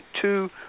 two